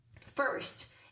First